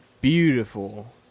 beautiful